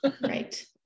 Right